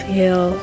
Feel